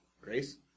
Grace